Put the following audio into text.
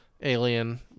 alien